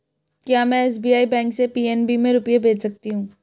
क्या में SBI bank से पी.एन.बी में रुपये भेज सकती हूँ?